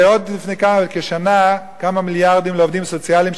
ועוד לפני כשנה כמה מיליארדים לעובדים סוציאליים,